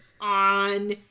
on